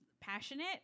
passionate